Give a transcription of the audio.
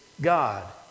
God